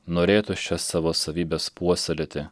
norėtųs šias savo savybes puoselėti